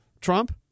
Trump